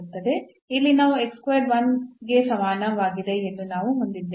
ಇಲ್ಲಿ ನಾವು 1 ಗೆ ಸಮಾನವಾಗಿದೆ ಎಂದು ನಾವು ಹೊಂದಿದ್ದೇವೆ